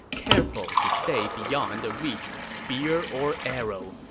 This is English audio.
careful to stay beyond the reach of spear or arrow,